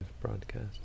broadcast